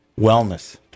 wellness